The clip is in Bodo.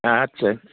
आच्चा